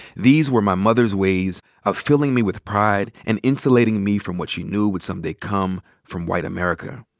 these were my mother's ways of filling me with pride and insulating me from what she knew would someday come from white america.